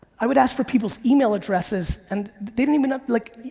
i would ask for people's email addresses and they didn't even, like,